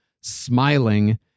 smiling